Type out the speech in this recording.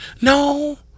No